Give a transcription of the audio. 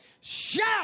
shout